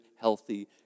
healthy